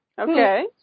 Okay